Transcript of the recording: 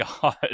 God